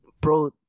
bro